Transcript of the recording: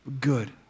Good